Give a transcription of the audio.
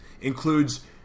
includes